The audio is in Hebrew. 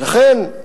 ולכן,